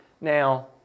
Now